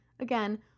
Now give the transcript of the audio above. Again